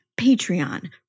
patreon